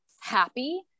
happy